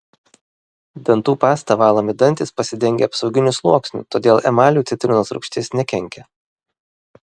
dantų pasta valomi dantys pasidengia apsauginiu sluoksniu todėl emaliui citrinos rūgštis nekenkia